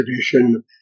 tradition